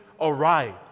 arrived